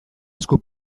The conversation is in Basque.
esku